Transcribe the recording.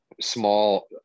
small